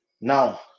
Now